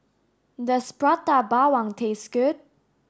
does Prata Bawang taste good